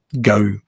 go